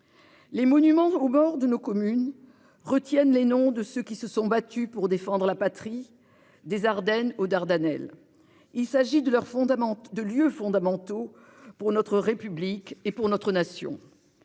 Les monuments au bord de nos communes retiennent les noms de ceux qui se sont battus pour défendre la patrie des Ardennes aux Dardanelles. Il s'agit de leurs fondamentaux de lieux fondamentaux pour notre République et pour notre nation.